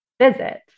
visit